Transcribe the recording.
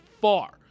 far